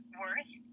worth